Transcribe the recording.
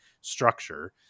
structure